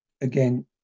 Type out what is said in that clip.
again